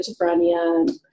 schizophrenia